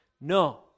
No